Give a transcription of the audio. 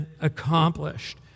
accomplished